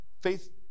faith